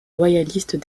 loyalistes